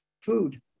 food